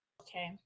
Okay